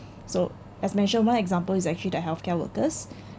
so as mentioned my example is actually the healthcare workers